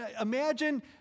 imagine